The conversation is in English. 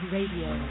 Radio